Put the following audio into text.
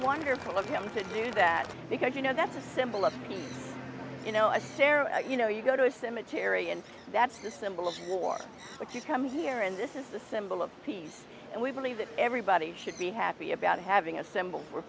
wonderful of him to do that because you know that's a symbol of you know a sarah you know you go to a cemetery and that's the symbol of the war but you come here and this is the symbol of peace and we believe that everybody should be happy about having a symbol for